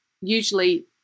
usually